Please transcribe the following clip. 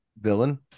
villain